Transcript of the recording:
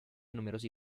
numerosi